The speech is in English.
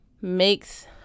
makes